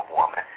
woman